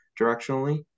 directionally